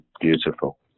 Beautiful